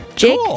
Jake